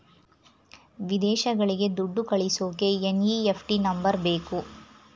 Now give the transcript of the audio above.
ವಿದೇಶಗಳಿಗೆ ದುಡ್ಡು ಕಳಿಸೋಕೆ ಎನ್.ಇ.ಎಫ್.ಟಿ ನಂಬರ್ ಬೇಕು